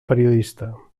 periodista